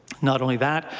not only that,